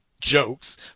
jokes